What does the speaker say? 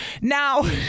Now